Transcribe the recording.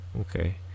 Okay